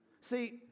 See